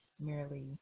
merely